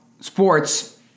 sports